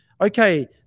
Okay